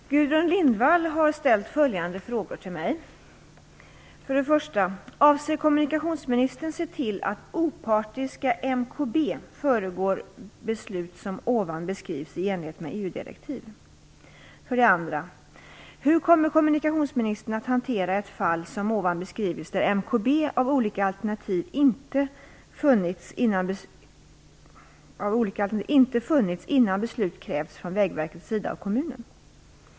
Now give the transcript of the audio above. Fru talman! Gudrun Lindvall har ställt följande frågor till mig: 1. Avser kommunikationsministern se till att opartiska MKB föregår beslut som ovan beskrivs i enlighet med EU-direktiv? 2. Hur kommer kommunikationsministern att hantera ett fall som ovan beskrivits där MKB av olika alternativ inte funnits innan beslut krävts från Vägverkets sida av kommunen?